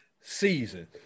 season